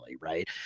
right